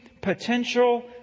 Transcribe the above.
potential